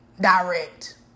direct